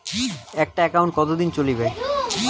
একটা একাউন্ট কতদিন চলিবে?